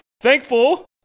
thankful